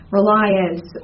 reliance